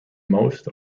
most